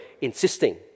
insisting